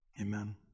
Amen